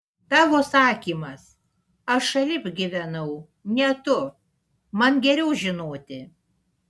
tavo sakymas aš šalip gyvenau ne tu man geriau žinoti